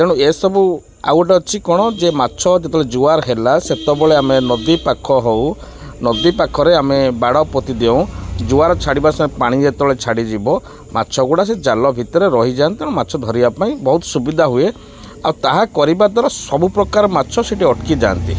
ତେଣୁ ଏସବୁ ଆଉ ଗୋଟେ ଅଛି କ'ଣ ଯେ ମାଛ ଯେତେବେଳେ ଜୁଆର ହେଲା ସେତେବେଳେ ଆମେ ନଦୀ ପାଖ ହଉ ନଦୀ ପାଖରେ ଆମେ ବାଡ଼ପୋତି ଦେଉଁ ଜୁଆର ଛାଡ଼ିବା ସ ପାଣି ଯେତେବେଳେ ଛାଡ଼ିଯିବ ମାଛ ଗୁଡ଼ା ସେ ଜାଲ ଭିତରେ ରହିଯାଆନ୍ତି ତେଣୁ ମାଛ ଧରିବା ପାଇଁ ବହୁତ ସୁବିଧା ହୁଏ ଆଉ ତାହା କରିବା ଦ୍ୱାରା ସବୁପ୍ରକାର ମାଛ ସେଇଠି ଅଟକି ଯାଆନ୍ତି